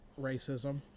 Racism